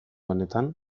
honetan